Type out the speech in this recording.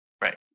Right